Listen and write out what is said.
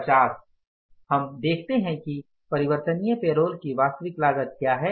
50 हम देखते हैं कि परिवर्तनीय पेरोल की वास्तविक लागत क्या है